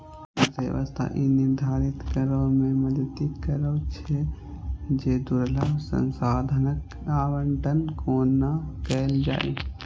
अर्थव्यवस्था ई निर्धारित करै मे मदति करै छै, जे दुर्लभ संसाधनक आवंटन कोना कैल जाए